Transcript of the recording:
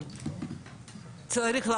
חבל שהוא לא הגיע, הוא היה יכול